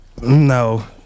No